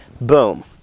Boom